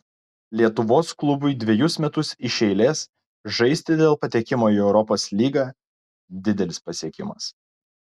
lietuvos klubui dvejus metus iš eilės žaisti dėl patekimo į europos lygą didelis pasiekimas